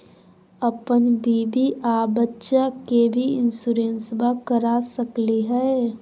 अपन बीबी आ बच्चा के भी इंसोरेंसबा करा सकली हय?